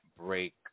break